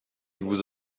vous